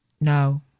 No